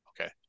Okay